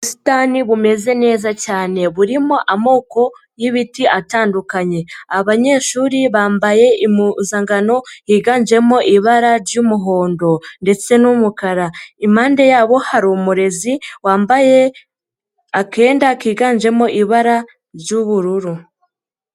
Ubusitani bumeze neza cyane. Burimo amoko y'ibiti atandukanye. Abanyeshuri bambaye impuzankano yiganjemo ibara ry'umuhondo ndetse n'umukara, impande yabo hari umurezi wambaye akenda kiganjemo ibara ry'ubururu.